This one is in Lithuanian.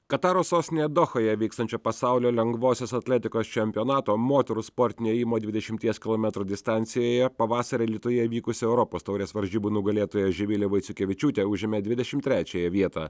kataro sostinėje dohoje vykstančio pasaulio lengvosios atletikos čempionato moterų sportinio ėjimo dvidešimties kilometrų distancijoje pavasarį alytuje vykusio europos taurės varžybų nugalėtoja živilė vaiciukevičiūtė užėmė dvidešim trečiąją vietą